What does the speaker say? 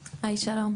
שלום,